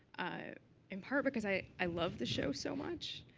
ah in part because i i love the show so much.